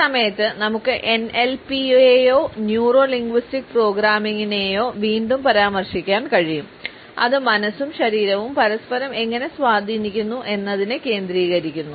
ഈ സമയത്ത് നമുക്ക് എൻഎൽപിയെയോ ന്യൂറോ ലിംഗ്വിസ്റ്റിക് പ്രോഗ്രാമിംഗിനെയോ വീണ്ടും പരാമർശിക്കാൻ കഴിയും അത് മനസ്സും ശരീരവും പരസ്പരം എങ്ങനെ സ്വാധീനിക്കുന്നു എന്നതിനെ കേന്ദ്രീകരിക്കുന്നു